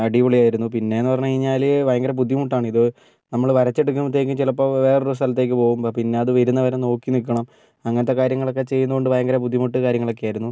അടിപൊളിയായിരുന്നു പിന്നേന്ന് പറഞ്ഞു കഴിഞ്ഞാൽ ഭയങ്കര ബുദ്ധിമുട്ടാണിത് നമ്മൾ വരച്ചെടുക്കുമ്പോഴത്തേക്കും ചിലപ്പോൾ വേറൊരു സ്ഥലത്തേക്ക് പോകും പിന്നെ അത് വരുന്നവരെ നോക്കി നിൽക്കണം അങ്ങനത്തെ കാര്യങ്ങളൊക്കെ ചെയ്യുന്നതുകൊണ്ട് ഭയങ്കര ബുദ്ധിമുട്ട് കാര്യങ്ങളൊക്കെ ആയിരുന്നു